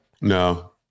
No